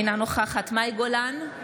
אינה נוכחת מאי גולן,